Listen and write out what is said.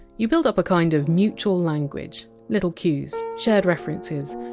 you build up a kind of mutual language little cues, shared references,